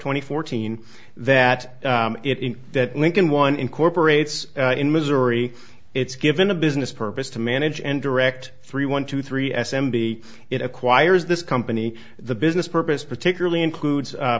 twenty fourteen that it in that link in one incorporates in missouri it's given a business purpose to manage and direct three one two three s m b it acquires this company the business purpose particularly includes